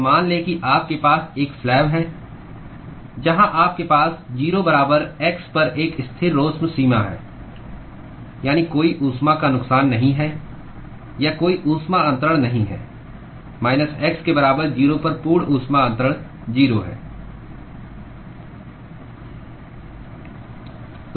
तो मान लें कि आपके पास एक स्लैब है जहां आपके पास 0 बराबर x पर एक स्थिरोष्म सीमा है यानी कोई ऊष्मा का नुकसान नहीं है या कोई ऊष्मा अन्तरण नहीं है x के बराबर 0 पर पूर्ण ऊष्मा अन्तरण 0 है